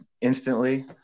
instantly